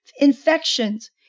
infections